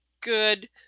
good